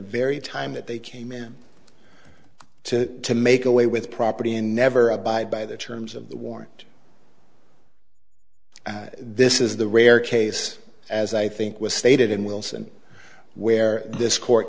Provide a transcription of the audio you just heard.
very time that they came in to to make away with property and never abide by the terms of the warrant this is the rare case as i think was stated in wilson where this court